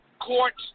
courts